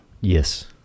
Yes